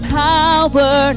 power